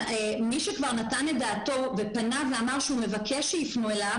מי שכבר נתן את דעתו ופנה ואמר שהוא מבקש שיפנו אליו